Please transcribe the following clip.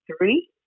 three